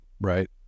right